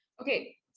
okay